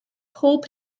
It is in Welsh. pob